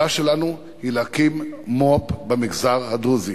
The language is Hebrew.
היא להקים מו"פ במגזר הדרוזי.